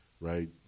right